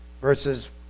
verses